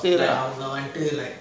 அவங்க வந்து:avanga vanthu like